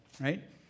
right